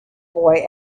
boy